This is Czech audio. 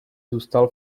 zůstal